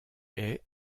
est